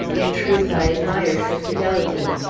in truth, i admired her fidelity.